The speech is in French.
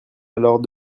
alors